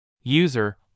User